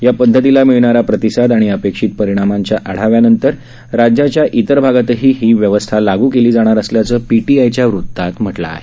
या पद्धतीला मिळणारा प्रतिसाद आणि अपेक्षित परिणामाच्या आढाव्यानंतर राज्याच्या इतर भागातही ही व्यवस्था लागू केली जाणार असल्याचं पीटीआयच्या वृत्तात म्हटलं आहे